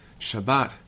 Shabbat